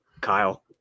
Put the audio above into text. Kyle